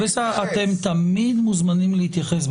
בסדר, אתם תמיד מוזמנים להתייחס.